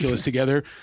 together